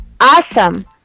awesome